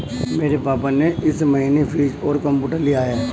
मेरे पापा ने इस महीने फ्रीज और कंप्यूटर लिया है